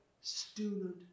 student